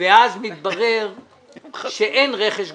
ואז מתברר שאין רכש גומלין,